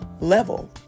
level